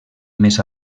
més